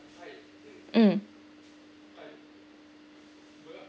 mm